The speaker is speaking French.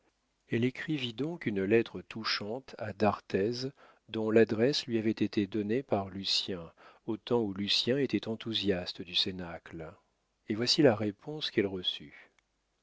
elle écrivit donc une lettre touchante à d'arthez dont l'adresse lui avait été donnée par lucien au temps où lucien était enthousiaste du cénacle et voici la réponse qu'elle reçut